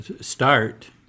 start